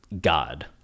God